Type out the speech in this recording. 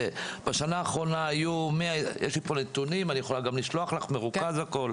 יש לי פה נתונים ואני יכולה לשלוח לך הכול באופן מרוכז.